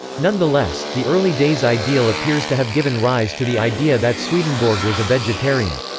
nonetheless, the early-days ideal appears to have given rise to the idea that swedenborg was a vegetarian.